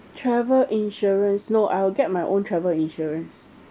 travel insurance no I'll get my own travel insurance